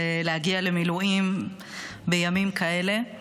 זה להגיע למילואים בימים כאלה,